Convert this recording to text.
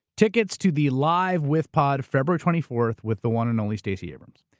tickets to the live withpod, february twenty fourth, with the one and only stacey abrams.